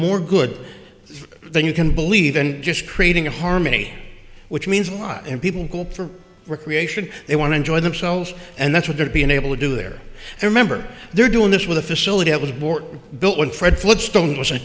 more good than you can believe in just creating a harmony which means a lot and people go for recreation they want to enjoy themselves and that's what they're being able to do there i remember they're doing this with a facility that was born built when fred flintstone was a